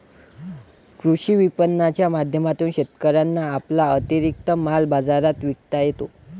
कृषी विपणनाच्या माध्यमातून शेतकऱ्यांना आपला अतिरिक्त माल बाजारात विकता येतो